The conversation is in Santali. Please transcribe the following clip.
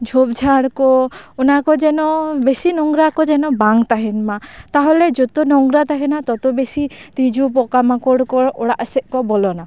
ᱡᱷᱳᱯ ᱡᱷᱟᱲ ᱠᱚ ᱚᱱᱟ ᱠᱚ ᱡᱮᱱᱚ ᱵᱮᱥᱤ ᱱᱚᱝᱨᱟ ᱠᱚ ᱡᱮᱱᱚ ᱵᱟᱝ ᱛᱟᱦᱮᱱ ᱢᱟ ᱛᱟᱦᱚᱞᱮ ᱡᱚᱛᱚ ᱱᱚᱝᱨᱟ ᱛᱟᱦᱮᱱᱟ ᱛᱚᱛᱚ ᱵᱮᱥᱤ ᱛᱤᱡᱩ ᱯᱚᱠᱟ ᱢᱟᱠᱚᱲ ᱠᱚ ᱚᱲᱟᱜ ᱥᱮᱜ ᱠᱚ ᱵᱚᱞᱚᱱᱟ